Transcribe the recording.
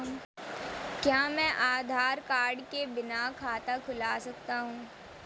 क्या मैं आधार कार्ड के बिना खाता खुला सकता हूं?